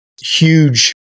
huge